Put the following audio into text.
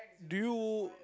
do you